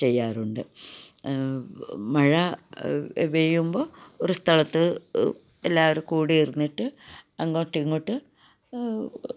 ചെയ്യാറുണ്ട് മഴ പെയ്യുമ്പോൾ ഒര് സ്ഥലത്ത് എല്ലാവരും കൂടി ഇരുന്നിട്ട് അങ്ങോട്ടുമിങ്ങോട്ടും